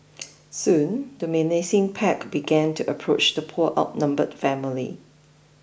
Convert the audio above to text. soon the menacing pack began to approach the poor outnumbered family